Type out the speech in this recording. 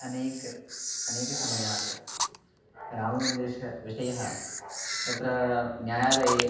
अनेकम् अनेकात् समयात् राममन्दिरस्य विषयः तत्र न्यायालये